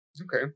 Okay